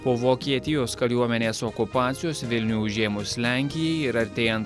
po vokietijos kariuomenės okupacijos vilnių užėmus lenkijai ir artėjant